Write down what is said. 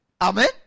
Amen